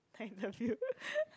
thank the few